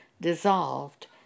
dissolved